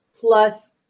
plus